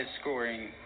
scoring